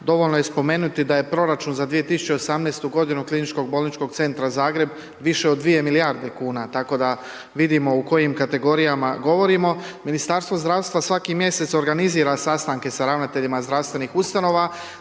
dovoljno je spomenuti da je proračun za 2018. g. kliničkog bolničkog centra Zagreb više od 2 milijarde kn, tako da vidimo o kojim kategorijama govorimo. Ministarstvo zdravstva svaki mj. organizira sastanke sa ravnateljima zdravstvenim ustanova,